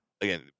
again